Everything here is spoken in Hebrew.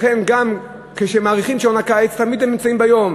לכן גם כשמאריכים את שעון הקיץ תמיד הם נמצאים ביום.